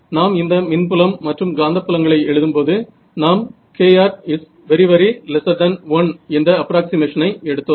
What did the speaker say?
நாம் இந்த மின்புலம் மற்றும் காந்தப் புலங்களை எழுதும்போது நாம் kr 1 என்ற அப்ராக்சிமேஷனை எடுத்தோம்